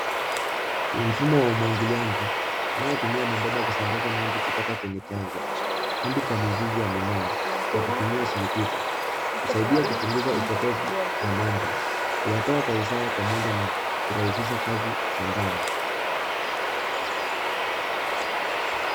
Ni mfumo wa umwagiliaji unaotumia mabomba kusambaza maji kutoka kwenye chanzo hadi kwa mizizi ya mimea kwa kutumia shinikizo. Husaidia kupunguza upotevu wa maji. Huyatoa kwa usawa pamoja na kurahisisha kazi shambani.